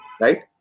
right